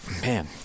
man